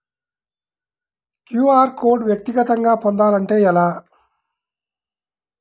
QR code వ్యక్తిగతంగా పొందాలంటే ఎలా?